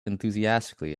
enthusiastically